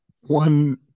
one